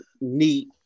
neat